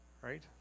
right